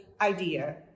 idea